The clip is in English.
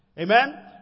Amen